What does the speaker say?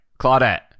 Claudette